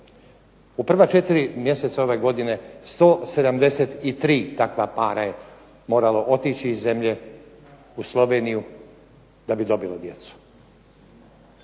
U prva četiri mjeseca ove godine 173 takva para je moralo otići iz zemlje u Sloveniju da bi dobilo djecu.